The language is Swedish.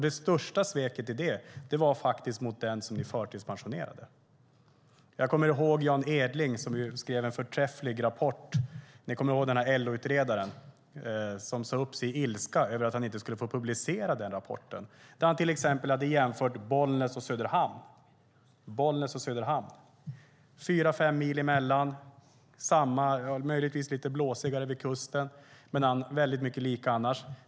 Det största sveket i det var faktiskt mot den ni förtidspensionerade. Jag kommer ihåg Jan Edling, som skrev en förträfflig rapport - ni kommer ihåg LO-utredaren som sade upp sig i ilska över att han inte skulle få publicera rapporten där han till exempel hade jämfört Bollnäs och Söderhamn. Det är fyra fem mil emellan orterna och möjligtvis lite blåsigare vid kusten men annars väldigt likt.